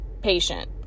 patient